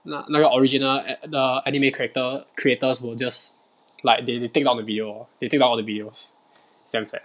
那个那个 original the anime character creators will just like they they take down the video lor they take down all the videos it's damn sad